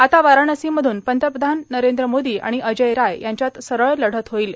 आता वारणसीमधून पंतप्रधान नरेंद्र मोदी आणि अजय राय यांच्यात सरळ लढत होईल